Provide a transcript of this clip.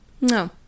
No